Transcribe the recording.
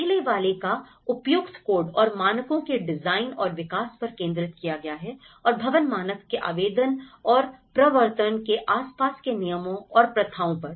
पहले वाले को उपयुक्त कोड और मानकों के डिजाइन और विकास पर केंद्रित किया गया है और भवन मानक के आवेदन और प्रवर्तन के आसपास के नियमों और प्रथाओं पर